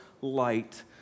light